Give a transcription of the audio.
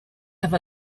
have